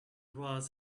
was